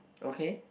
okay